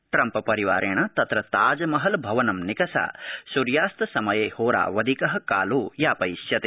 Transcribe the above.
ट्रम्पपरिवारेण तत्र ताजमहल भवनं निकषा सूर्यास्त समये होरावधिक कालो यापयिष्यते